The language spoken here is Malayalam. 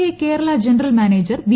I Kerala general manager V